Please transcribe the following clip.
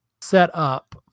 setup